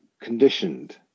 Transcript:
conditioned